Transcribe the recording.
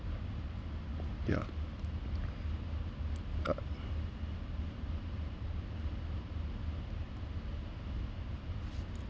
yeah